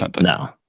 No